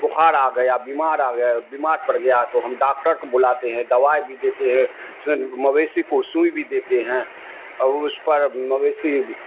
بخار آ گیا بیمار آ گیا بیمار پڑ گیا تو ہم ڈاکٹر کو بلاتے ہیں دوائی بھی دیتے ہیں اس مویسیی کو سوئی بھی دیتے ہیں اب اس پر مویسیی